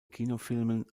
kinofilmen